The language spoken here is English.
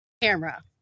camera